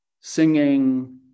singing